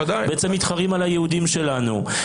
בעצם מתחרים על היהודים שלנו.